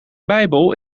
bijbel